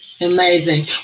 Amazing